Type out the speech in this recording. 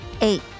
Eight